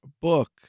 book